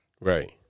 Right